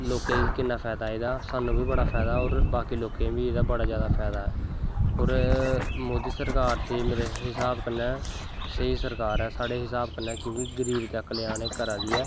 लोकें गी किन्ना फैदा ऐ एह्दा साह्नू बी फैदा ऐ और बाकी लोकें गी एह्दा फैदा ऐ और मोदी सरकार ते मेरे हिसाब कन्नै स्हेई सरकार ऐ साढ़े हिसाब कन्नै क्योंकि गरीब दे कल्यान एह् करदा दी ऐ